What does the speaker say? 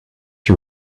you